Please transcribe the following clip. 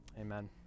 Amen